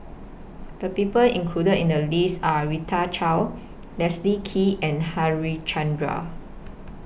The People included in The list Are Rita Chao Leslie Kee and Harichandra